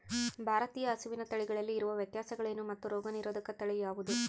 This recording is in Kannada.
ಭಾರತೇಯ ಹಸುವಿನ ತಳಿಗಳಲ್ಲಿ ಇರುವ ವ್ಯತ್ಯಾಸಗಳೇನು ಮತ್ತು ರೋಗನಿರೋಧಕ ತಳಿ ಯಾವುದು?